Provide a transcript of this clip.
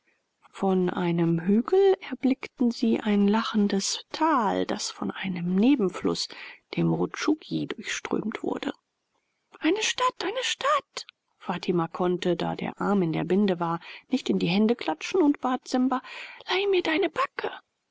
von einem hügel erblickten sie ein lachendes tal das von einem nebenfluß dem rutschugi durchströmt wurde eine stadt eine stadt fatima konnte da der arm in der binde war nicht in die hände klatschen und bat simba leihe mir deine backe